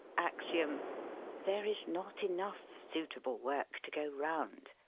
axiom there is not enough suitable work to go round,